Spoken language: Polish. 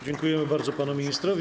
Dziękujemy bardzo panu ministrowi.